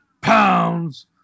pounds